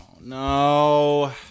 no